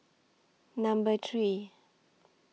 Number three